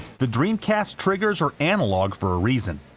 the dreamcast's triggers are analog for a reason.